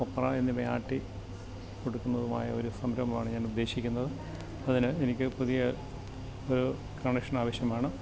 കൊപ്ര എന്നിവ ആട്ടി കൊടുക്കുന്നതുമായ ഒരു സംരംഭമാണ് ഞാനുദ്ദേശിക്കുന്നത് അതിന് എനിക്ക് പുതിയ ഒരു കണക്ഷൻ ആവശ്യമാണ്